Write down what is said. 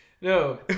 no